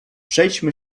przejdźmy